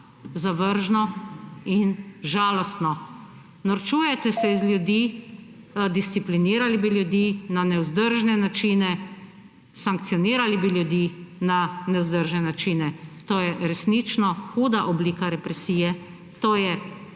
Zavržno in žalostno. Norčujete se iz ljudi. Disciplinirali bi ljudi na nevzdržne načine, sankcionirali bi ljudi na nevzdržne načine. To je resnično huda oblika represije, to je